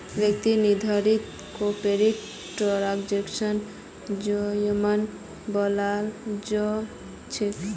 वित्तीय निर्धारणत कैपिटल स्ट्रक्चरेर योजना बनाल जा छेक